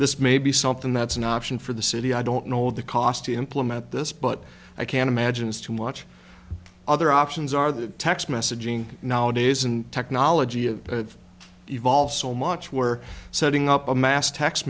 this may be something that's an option for the city i don't know the cost to implement this but i can't imagine it's too much other options are the text messaging nowadays and technology of evolves so much we're setting up a mass text